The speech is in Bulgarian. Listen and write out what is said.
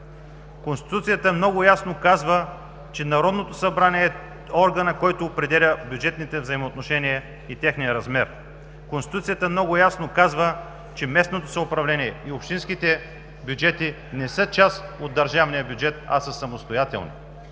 Конституцията много ясно казва, че Народно събрание е органът, който определя бюджетните взаимоотношения и техния размер. Конституцията много ясно казва, че местното самоуправление и общинските бюджети не са част от държавния бюджет, а са самостоятелни